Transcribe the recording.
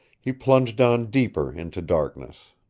he plunged on deeper into darkness.